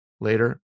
later